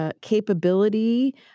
Capability